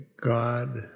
God